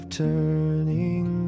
turning